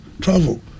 Travel